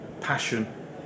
passion